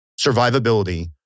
survivability